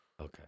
Okay